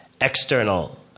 external